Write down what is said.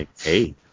hey